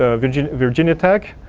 ah virginia virginia tech,